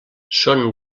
són